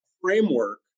framework